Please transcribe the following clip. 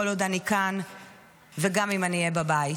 כל עוד אני כאן וגם אם אני אהיה בבית.